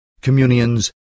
communions